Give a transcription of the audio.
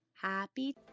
Happy